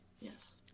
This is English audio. Yes